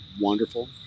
wonderful